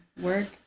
work